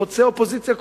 חוצה אופוזיציה קואליציה.